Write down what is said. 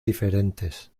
diferentes